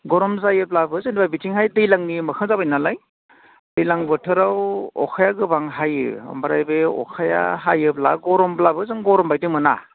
गरम जायोब्लाबो जेनेबा बिथिंहाय दैज्लांनि मोखां जाबाय नालाय दैज्लां बोथोराव अखाया गोबां हायो ओमफ्राय बे अखाया हायोब्ला गरमब्लाबो जों गरम बायदि मोना